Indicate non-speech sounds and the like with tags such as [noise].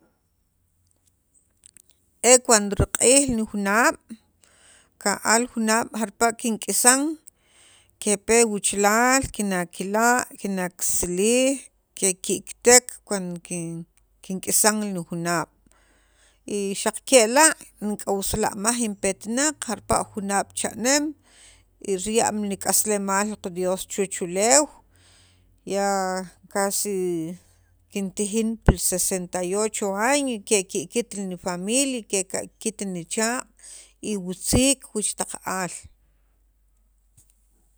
e cuando riq'iij nijunaab' ka'al junaab' jarpala' kink'isan kepe wuchalal kinakila' kinaksilij ke'kikitek cuand kink'isan nijunaab' xaq kela' ink'awsimaj in petnaq jarpala' junaab' cha'neem y riya'm nik'aslemaal li qa Dios chuwach uleew ya casi kintijin pil sesenta y ocho año keki'kit ni familia keka'kit nichaaq' y wutziik wich taq aal [noise]